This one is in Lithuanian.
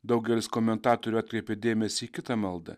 daugelis komentatorių atkreipė dėmesį į kitą maldą